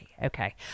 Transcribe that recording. Okay